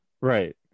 right